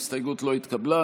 ההסתייגות לא התקבלה.